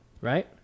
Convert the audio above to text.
Right